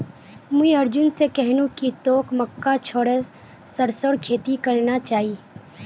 मुई अर्जुन स कहनु कि तोक मक्का छोड़े सरसोर खेती करना चाइ